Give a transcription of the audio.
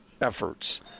efforts